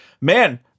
man